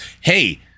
hey